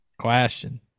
question